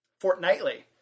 Fortnightly